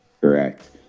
Correct